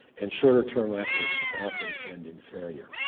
and shorter-term efforts often end in failure.